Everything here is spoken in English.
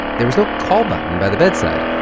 there was no call button by the bedside.